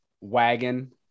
wagon